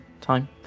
time